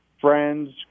friends